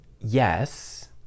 yes